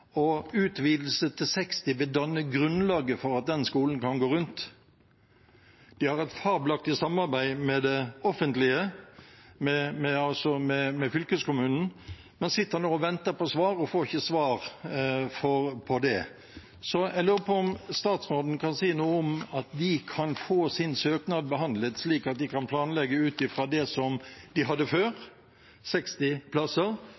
og utvidelse til 60 plasser vil danne grunnlaget for at den skolen kan gå rundt. De har et fabelaktig samarbeid med det offentlige, altså fylkeskommunen, og sitter nå og venter på svar, men får ikke svar på det. Så jeg lurer på om statsråden kan si noe om hvorvidt de kan få sin søknad behandlet, slik at de kan planlegge ut ifra det som de hadde før, 60 plasser,